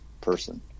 person